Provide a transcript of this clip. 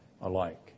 alike